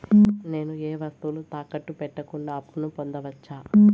నేను ఏ వస్తువులు తాకట్టు పెట్టకుండా అప్పును పొందవచ్చా?